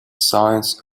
science